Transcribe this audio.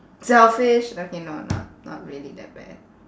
selfish okay no not not really that bad